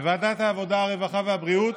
בוועדת העבודה, הרווחה והבריאות